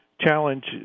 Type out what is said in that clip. challenge